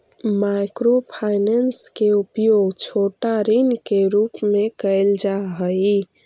micro finance के उपयोग छोटा ऋण के रूप में कैल जा हई